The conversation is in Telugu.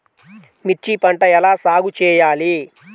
మిర్చి పంట ఎలా సాగు చేయాలి?